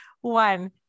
one